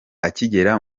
akigera